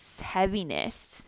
heaviness